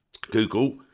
Google